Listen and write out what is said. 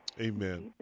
Amen